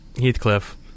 Heathcliff